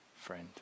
friend